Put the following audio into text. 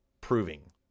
proving